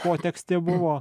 potekstė buvo